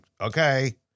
okay